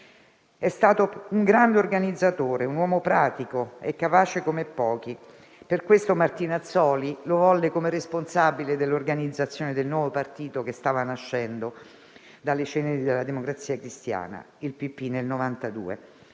È stato un grande organizzatore, un uomo pratico e capace come pochi. Per questo Martinazzoli lo volle come responsabile dell'organizzazione del nuovo partito che stava nascendo dalle ceneri della Democrazia Cristiana, il Partito